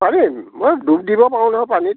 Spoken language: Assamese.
পাৰিম মই ডুব দিব পাৰো নহয় পানীত